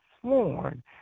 sworn